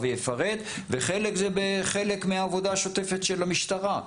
יפרט וחלק זה בעבודה השוטפת של המשטרה.